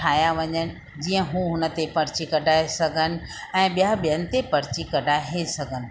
ठाहिया वञनि जीअं उहे हुन ते परची कढाए सघनि ऐं ॿिया ॿियनि ते परची कढाए सघनि